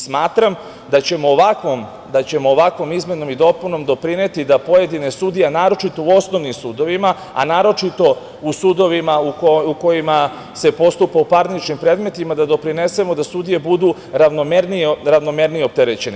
Smatram da ćemo ovakvom izmenom i dopunom doprineti da pojedine sudije, naročito u osnovnim sudovima, a naročito u sudovima u kojima se postupa u parničnim predmetima da doprinesemo da sudije budu ravnomernije opterećene.